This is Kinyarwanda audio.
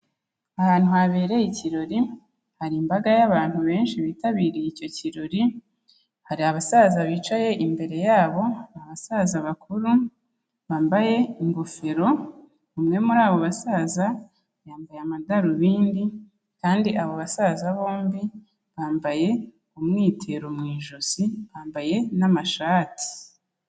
Ahantu habereye ikirori, hari imbaga y'abantu benshi bitabiriye icyo kirori, hari abasaza bicaye imbere yabo, ni abasaza bakuru bambaye ingofero, umwe muri abo basaza yambaye amadarubindi, kandi abo basaza bombi bambaye umwitero mu ijosi, bambaye n'amashati.